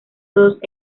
todos